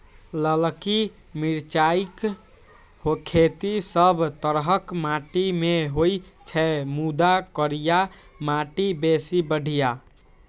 ललकी मिरचाइक खेती सब तरहक माटि मे होइ छै, मुदा करिया माटि बेसी बढ़िया